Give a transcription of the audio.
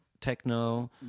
techno